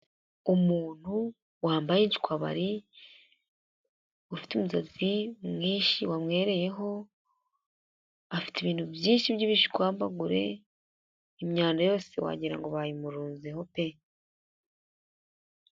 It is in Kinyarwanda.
Umuntu wambaye ishwabari ufite umusatsi mwinshi wamereyeho, afite ibintu byinshi by'ibishwambagure, imyanda yose wagira ngo bayimurunzeho pe.